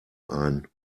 ein